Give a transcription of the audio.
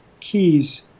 keys